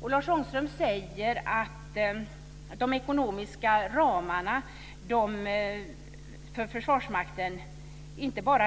Uppfattningen om de ekonomiska ramarna för Försvarsmakten delas inte bara